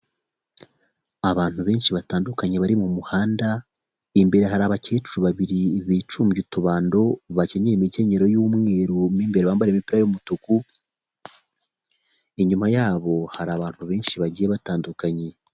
Abantu benshi batandukanye bari mu muhanda, imbere hari abakecuru babiri bicumbye utubando, bakenyeye imikenyero y'umweru, mo imbere bambariyemo impira y'umutuku, inyuma yabo hari abantu benshi bagiye batandukanye.